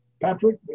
Patrick